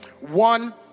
one